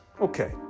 okay